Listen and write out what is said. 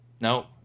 No